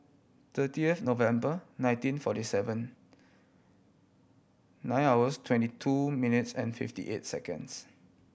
thirty of November nineteen forty seven nine hours twenty two minutes and fifty eight seconds